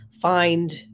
find